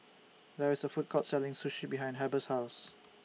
There IS A Food Court Selling Sushi behind Heber's House